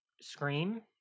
scream